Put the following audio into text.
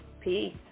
peace